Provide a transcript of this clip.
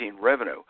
revenue